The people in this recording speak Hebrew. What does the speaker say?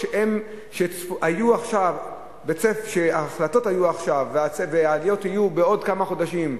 היו החלטות עכשיו והעליות יהיו בעוד כמה חודשים,